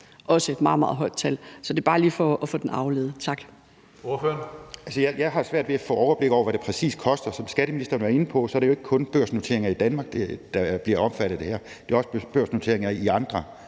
være et meget, meget højt tal. Så det er bare lige for få den aflivet. Tak.